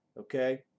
okay